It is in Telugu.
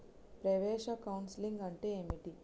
ప్రవేశ కౌన్సెలింగ్ అంటే ఏమిటి?